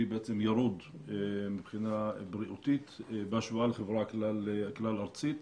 ירוד מבחינה בריאותית בהשוואה לחברה הכלל ארצית.